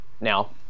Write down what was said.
now